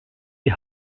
die